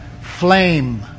flame